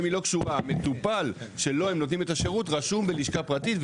היא לא קשורה המטופל שלו הם נותנים את השירות רשום בלשכה פרטית,